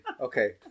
Okay